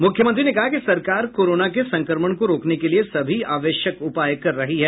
मुख्यमंत्री ने कहा कि सरकार कोरोना के संक्रमण को रोकने के लिये सभी आवश्यक उपाय कर रही है